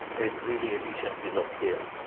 it's really efficiencies of scale.